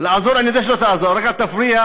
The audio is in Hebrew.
לעזור אני יודע שלא תעזור, רק אל תפריע.